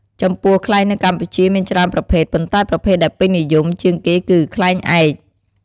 ចំពោះ ខ្លែងនៅកម្ពុជាមានច្រើនប្រភេទ ប៉ុន្តែប្រភេទដែលពេញនិយមជាងគេគឺ ខ្លែងឯក។